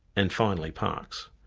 and finally parkes.